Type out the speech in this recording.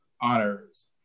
honors